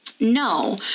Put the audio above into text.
No